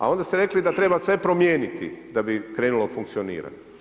A onda ste rekli da treba sve promijeniti da bi krenulo funkcionirati.